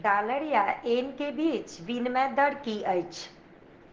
dollar या yen के बीच विनिमय दर की अछि